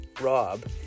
Rob